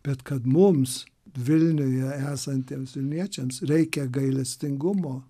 bet kad mums vilniuje esantiems vilniečiams reikia gailestingumo